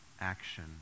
action